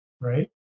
Right